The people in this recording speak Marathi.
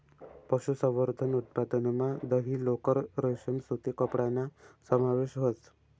पशुसंवर्धन उत्पादनमा दही, लोकर, रेशीम सूती कपडाना समावेश व्हस